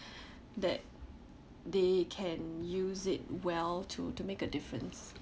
that they can use it well to to make a difference